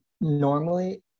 normally